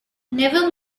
never